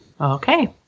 Okay